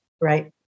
Right